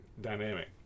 dynamic